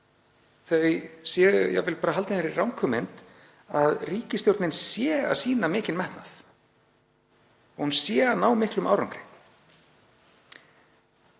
þau séu jafnvel haldin þeirri ranghugmynd að ríkisstjórnin sé að sýna mikinn metnað og hún sé að ná miklum árangri.